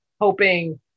hoping